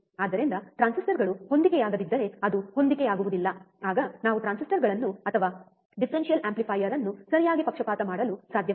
ಆದ್ದರಿಂದ ಟ್ರಾನ್ಸಿಸ್ಟರ್ಗಳು ಹೊಂದಿಕೆಯಾಗದಿದ್ದರೆ ಅದು ಹೊಂದಿಕೆಯಾಗುವುದಿಲ್ಲ ಆಗ ನಾವು ಟ್ರಾನ್ಸಿಸ್ಟರ್ಗಳನ್ನು ಅಥವಾ ಡಿಫರೆನ್ಷಿಯಲ್ ಆಂಪ್ಲಿಫೈಯರ್ ಅನ್ನು ಸರಿಯಾಗಿ ಪಕ್ಷಪಾತ ಮಾಡಲು ಸಾಧ್ಯವಿಲ್ಲ